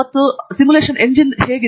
ಮತ್ತು ಕೆಳಗಿರುವ ಎಂಜಿನ್ ಏನು ಮತ್ತು ಹೀಗೆ